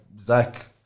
Zach